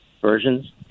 versions